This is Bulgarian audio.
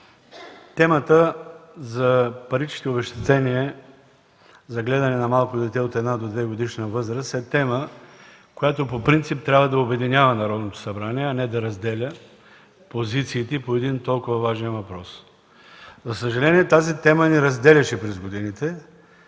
темата за паричните обезщетения за гледане на малко дете от една- до двегодишна възраст е тема, която трябва по принцип да обединява Народното събрание, а не да разделя позициите по един толкова важен въпрос. За съжаление, тази тема ни разделяше през годините,